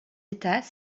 états